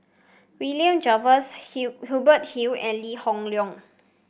William Jervois Hill Hubert Hill and Lee Hoon Leong